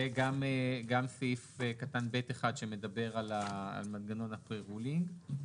וגם סעיף קטן ב'1, שמדבר על מנגנון הפרה-רולינג.